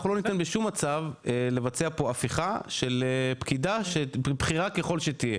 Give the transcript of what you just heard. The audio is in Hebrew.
אנחנו לא ניתן בשום מצב לבצע פה הפיכה של פקידה בכירה ככל שתהיה,